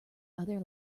other